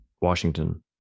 Washington